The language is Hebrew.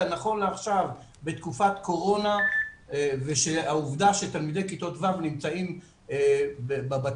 נכון לעכשיו בתקופת קורונה והעובדה שכיתות ו' נמצאים בבתים,